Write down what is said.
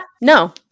No